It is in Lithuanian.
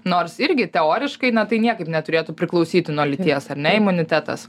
nors irgi teoriškai tai niekaip neturėtų priklausyti nuo lyties ar ne imunitetas